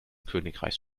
königreichs